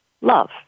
Love